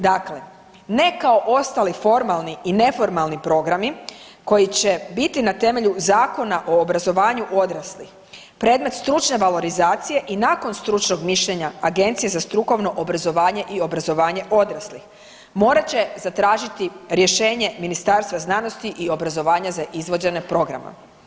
Dakle, ne kao ostali formalni i neformalni programi koji će biti na temelju Zakona o obrazovanju odraslih predmet stručne valorizacije i nakon stručnog mišljenja agencije za strukovno obrazovanje i obrazovanje odraslih morat će zatražiti rješenje Ministarstva znanosti i obrazovanja za izvođenje programa.